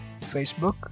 Facebook